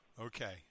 Okay